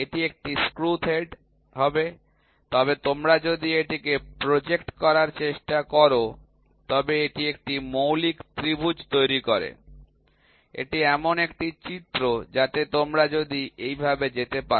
এটি একটি screw thread হবে তবে তোমরা যদি এটিকে প্রজেক্ট করার চেষ্টা কর তবে এটি একটি মৌলিক ত্রিভুজ তৈরি করে এটি এমন একটি চিত্র যাতে তোমরা যদি এইভাবে যেতে পার